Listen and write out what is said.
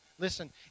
Listen